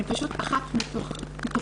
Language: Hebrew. אני פשוט אחת מתוכנו.